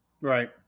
right